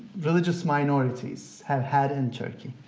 religious minorities have had in turkey.